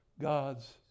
god's